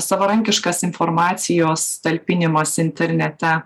savarankiškas informacijos talpinimas internete